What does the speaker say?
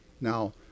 now